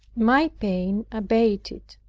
my pain abated,